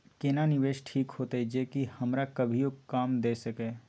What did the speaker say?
केना निवेश ठीक होते जे की हमरा कभियो काम दय सके?